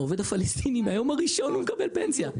העובד הפלסטיני מהיום הראשון מקבל פנסיה.